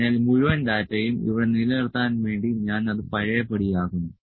അതിനാൽ മുഴുവൻ ഡാറ്റയും ഇവിടെ നിലനിർത്താൻ വേണ്ടി ഞാൻ അത് പഴയപടിയാക്കുന്നു